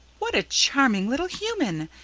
what a charming little human!